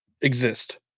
exist